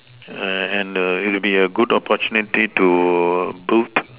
and it will be a good opportunity to book